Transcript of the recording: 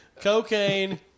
Cocaine